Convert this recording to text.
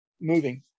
moving